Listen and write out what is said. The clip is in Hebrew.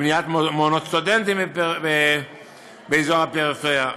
ובניית מעונות סטודנטים באזור הפריפריה.